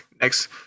next